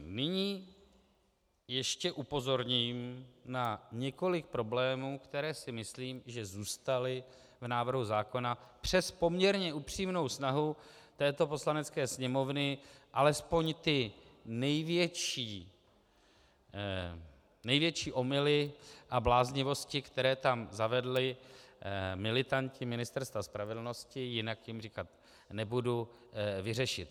Nyní ještě upozorním na několik problémů, které si myslím, že zůstaly v návrhu zákona přes poměrně upřímnou snahu této Poslanecké sněmovny alespoň ty největší omyly a bláznivosti, které tam zavedli militanti Ministerstva spravedlnosti (?), jinak jim říkat nebudu, vyřešit.